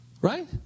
Right